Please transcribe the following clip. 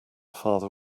father